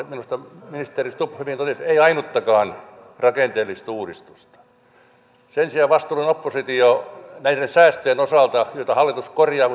minusta ministeri stubb hyvin totesi ei ainuttakaan rakenteellista uudistusta sen sijaan vastuullinen oppositio näiden säästöjen osalta joita hallitus korjaa